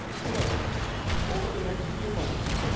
so over the next few months,